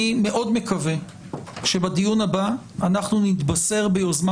אני מאוד מקווה שבדיון הבא אנחנו נתבשר ביוזמה